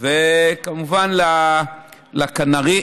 כמובן לכנ"ר,